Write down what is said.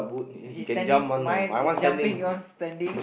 he's standing mine is jumping yours is standing